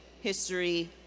history